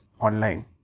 online